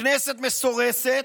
הכנסת מסורסת,